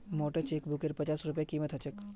मोटे चेकबुकेर पच्चास रूपए कीमत ह छेक